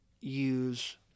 use